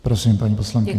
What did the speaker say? Prosím, paní poslankyně.